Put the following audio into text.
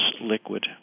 liquid